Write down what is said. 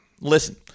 listen –